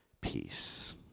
peace